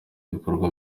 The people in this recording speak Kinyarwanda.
ibikorwa